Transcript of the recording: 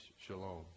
shalom